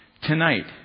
tonight